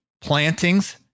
plantings